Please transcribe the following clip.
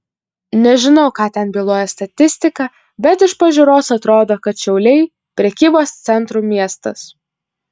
nežinau ką ten byloja statistika bet iš pažiūros atrodo kad šiauliai prekybos centrų miestas